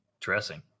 dressing